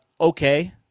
okay